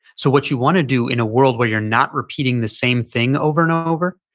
so what you want to do in a world where you're not repeating the same thing over and over.